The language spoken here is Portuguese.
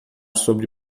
sobre